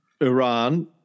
Iran